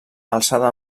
alçada